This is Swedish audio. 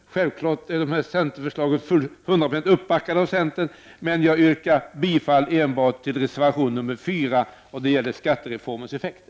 Självfallet är dessa förslag hundraprocentigt uppbackade av centern. Men jag yrkar bifall endast till reservation 4 om skattereformens effekter.